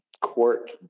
court